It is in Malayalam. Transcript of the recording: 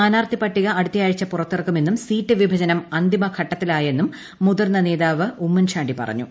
സ്ഥാനാർത്ഥി പട്ടിക അടുത്തയാഴ്ച പുറത്തിറക്കുമെന്നും സീറ്റ് വിഭജനം അന്തിമഘട്ടത്തിലായെന്നും മുതിർന്ന നേതാവ് ഉമ്മൻചാണ്ടി പറഞ്ഞു